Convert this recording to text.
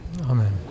Amen